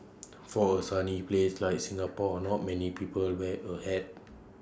for A sunny place like Singapore not many people wear A hat